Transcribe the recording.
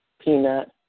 Peanut